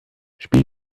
spiel